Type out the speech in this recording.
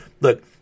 Look